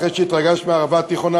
אחרי שהתרגשת מהערבה התיכונה,